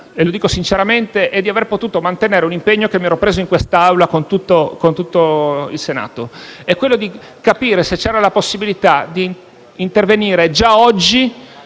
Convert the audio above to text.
- lo dico sinceramente - è quella di aver potuto mantenere un impegno che avevo preso in quest'Aula con tutto il Senato: mi riferisco a quello di capire se c'era la possibilità di intervenire già oggi,